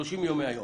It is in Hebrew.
30 ימים מהיום.